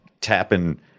tapping